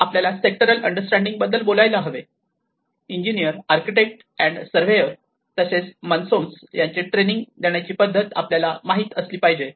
आपल्याला sectoral understanding बद्दल बोलायला हवे engineer architect and surveyor Engineers architects and surveyors तसेच मसोन्स यांचे ट्रेनिंग देण्याची पद्धत आपल्याला माहीत असली पाहिजे